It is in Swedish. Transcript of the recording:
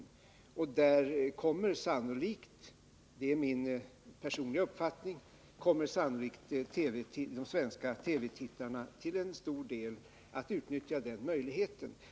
De svenska TV-tittarna — det är min personliga uppfattning — kommer sannolikt till stor del att utnyttja den möjligheten.